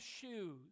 shoes